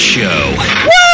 Show